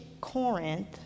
Corinth